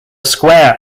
square